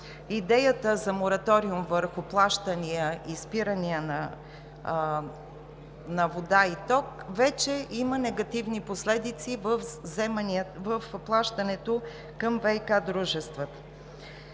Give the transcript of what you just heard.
идеята за мораториум върху плащания и спирания на вода и ток вече има негативни последици в плащането към ВиК дружествата.